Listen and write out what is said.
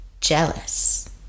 jealous